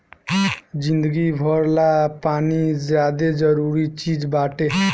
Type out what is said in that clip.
जिंदगी भर ला पानी ज्यादे जरूरी चीज़ बाटे